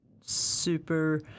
super